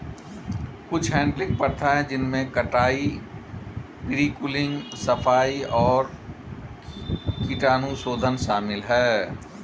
कुछ हैडलिंग प्रथाएं जिनमें कटाई, प्री कूलिंग, सफाई और कीटाणुशोधन शामिल है